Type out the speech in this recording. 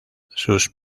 sus